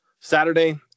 Saturday